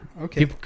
Okay